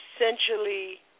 essentially